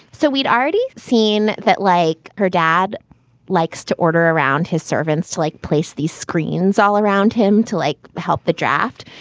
so we'd already seen that like her dad likes to order around his servants to, like, place these screens all around him to like help the draft.